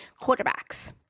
quarterbacks